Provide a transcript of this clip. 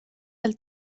del